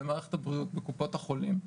במערכת הבריאות, בקופות החולים,